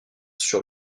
sur